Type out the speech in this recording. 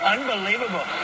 Unbelievable